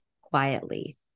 quietly